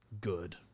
good